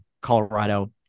Colorado